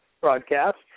broadcast